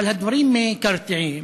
אבל הדברים מקרטעים.